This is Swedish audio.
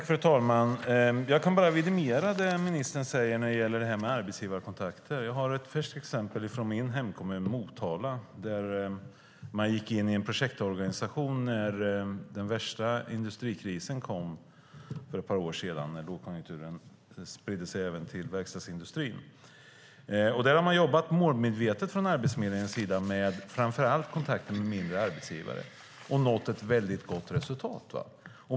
Fru talman! Jag kan bara vidimera det ministern säger när det gäller det här med arbetsgivarkontakter. Jag har ett färskt exempel från min hemkommun Motala, där man gick in i en projektorganisation när den värsta industrikrisen kom för ett par år sedan då lågkonjunkturen spridde sig även till verkstadsindustrin. Där har man jobbat målmedvetet från Arbetsförmedlingens sida med framför allt kontakter med mindre arbetsgivare och nått ett väldigt gott resultat.